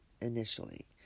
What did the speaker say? initially